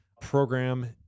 Program